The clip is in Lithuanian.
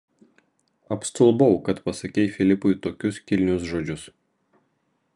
apstulbau kad pasakei filipui tokius kilnius žodžius